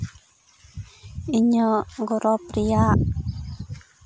ᱤᱧᱟᱹᱜ ᱜᱚᱨᱚᱵᱽ ᱨᱮᱭᱟᱜ